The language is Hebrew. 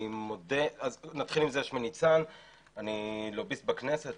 שמי ניצן ואני לוביסט בכנסת.